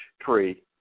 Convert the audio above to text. tree